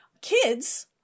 Kids